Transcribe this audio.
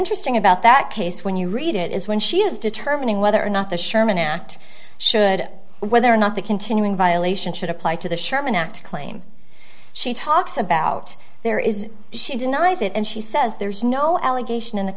interesting about that case when you read it is when she is determining whether or not the sherman act should whether or not the continuing violation should apply to the sherman act claim she talks about there is she denies it and she says there's no allegation in the